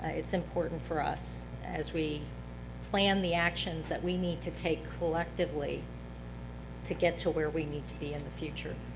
it's important for us as we plan the actions that we need to take collectively to get to where we need to be in the future.